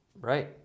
right